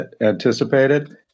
anticipated